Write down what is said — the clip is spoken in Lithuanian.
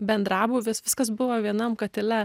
bendrabūvis viskas buvo vienam katile